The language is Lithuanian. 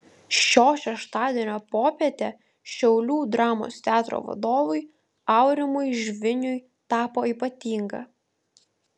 šio šeštadienio popietė šiaulių dramos teatro vadovui aurimui žviniui tapo ypatinga